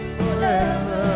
forever